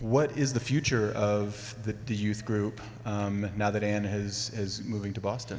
what is the future of the youth group now that in his is moving to boston